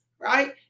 right